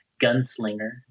Gunslinger